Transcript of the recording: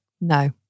No